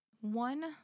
one